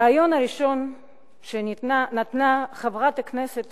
בריאיון הראשון שנתנה חברת הכנסת